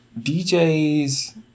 DJs